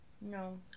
No